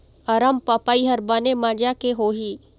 अरमपपई हर बने माजा के होही?